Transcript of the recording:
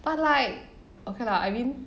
but like okay lah I mean